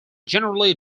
generally